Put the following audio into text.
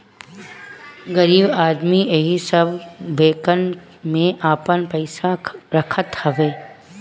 गरीब आदमी एही सब बैंकन में आपन पईसा रखत हवे